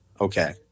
Okay